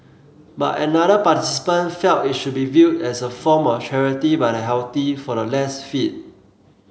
but another participant felt it should be viewed as a form of charity by the healthy for the less fit